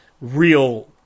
real